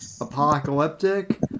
apocalyptic